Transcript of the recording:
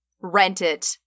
rent-it